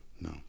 No